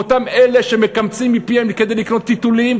מאותם אלה שמקמצים מפיהם כדי לקנות טיטולים,